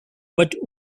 but